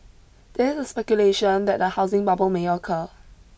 there is speculation that a housing bubble may occur